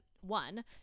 One